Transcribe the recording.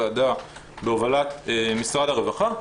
ועדה בהובלת משרד הרווחה,